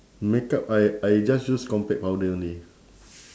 makeup I I just use compact powder only